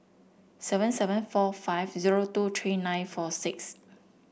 seven seven four five zero two three nine four six